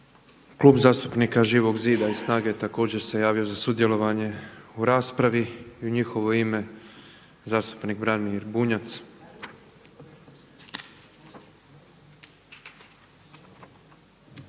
Klub zastupnika Živog zida i SNAGA-e također se javio za sudjelovanje u raspravi i u njihovo ime zastupnik Branimir Bunjac.